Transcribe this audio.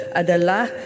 adalah